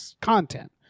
content